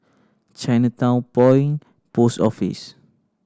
Chinatown Point Post Office